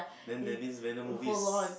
then Venom movies is